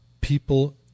People